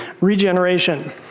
regeneration